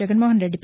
Jaganmohan Reddy